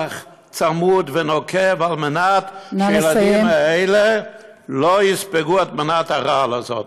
צמוד ונוקב על מנת שהילדים האלה לא יספגו את מנת הרעל הזאת.